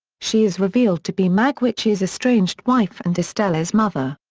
she is revealed to be magwitch's estranged wife and estella's mother.